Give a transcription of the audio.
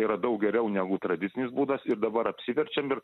tai yra daug geriau negu tradicinis būdas ir dabar apsiverčiam ir